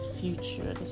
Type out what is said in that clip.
future